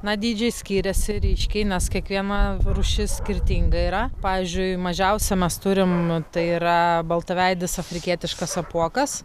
na dydžiai skiriasi ryškiai nes kiekviena rūšis skirtinga yra pavyzdžiui mažiausią mes turim tai yra baltaveidis afrikietiškas apuokas